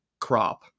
crop